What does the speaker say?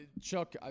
Chuck